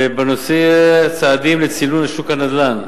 בנושא הצעדים לצינון שוק הנדל"ן: